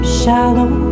shallow